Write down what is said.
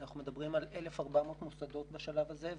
אנחנו מדברים על 1,400 מוסדות בשלב הזה.